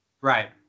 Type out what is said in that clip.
right